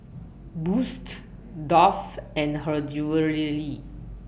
Boosts Dove and Her Jewellery